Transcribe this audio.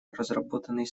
разработанный